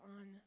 on